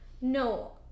no